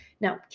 Now